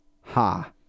Ha